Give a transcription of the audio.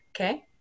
okay